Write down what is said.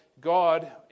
God